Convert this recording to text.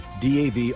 DAV